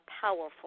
powerful